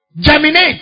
germinate